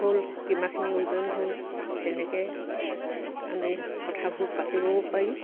হ'ল কিমানাখিনি ওজন হ'ল তেনেকৈ আমি কথাবোৰ পাতিবও পাৰি